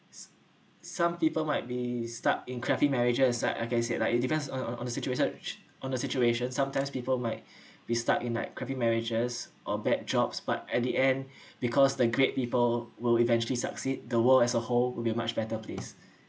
some people might be stuck in crappy marriages like I can say like it depends on on on the situation on the situation sometimes people might be stuck in like crappy marriages or bad jobs but at the end because the great people will eventually succeed the world as a whole will be a much better place